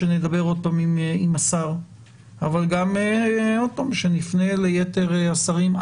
שנדבר עוד פעם עם שר התיירות אבל שנפנה ליתר השרים.